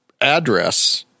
address